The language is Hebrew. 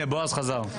שיר, איזה זיכרון קצר.